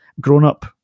grown-up